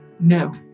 No